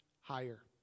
higher